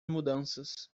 mudanças